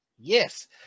Yes